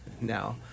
now